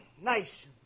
nice